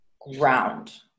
ground